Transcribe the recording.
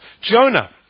Jonah